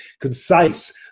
concise